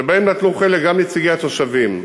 שבהם נטלו חלק גם נציגי התושבים.